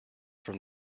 from